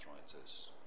arthritis